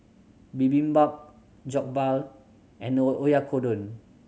Bibimbap Jokbal and Oyakodon